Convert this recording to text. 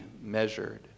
measured